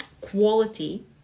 quality